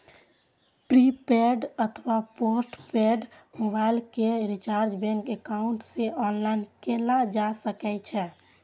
prepaid अथवा postpaid mobile के recharge bank account सं ऑनलाइन कैल जा सकै छै